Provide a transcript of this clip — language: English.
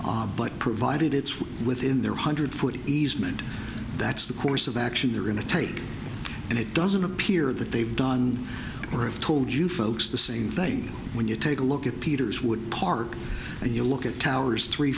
ah but provided it's within their hundred foot easement that's the course of action they're going to take and it doesn't appear that they've done or of told you folks the same thing when you take a look at peters would park and you look at towers three